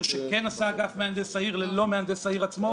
שכן עשה אגף מהנדס העיר ללא מהנדס העיר עצמו,